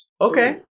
Okay